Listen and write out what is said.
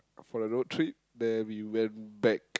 for the road trip then we went back